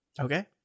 Okay